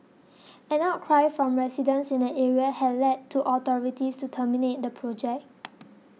an outcry from residents in the area had led the authorities to terminate the project